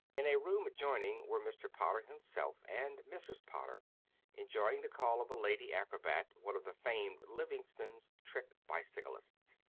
in a room adjoining were mr. potter himself and mrs. potter enjoying the call of a lady acrobat, one of the famed livingstons, trick bicyclists.